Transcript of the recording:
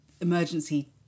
emergency